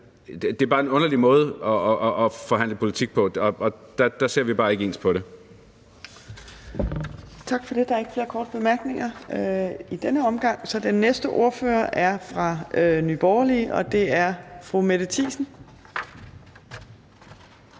det er bare en underlig måde at forhandle politik på, og der ser vi bare ikke ens på det.